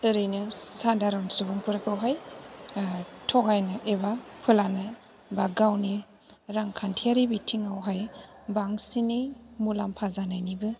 ओरैनो सादारन सुबुंफोरखौहाय थगायनो एबा फोलानो बा गावनि रांखान्थियारि बिथिङावहाय बांसिनै मुलाम्फा जानायनिबो